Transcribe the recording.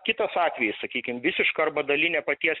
kitas atvejis sakykim visiška arba dalinė paties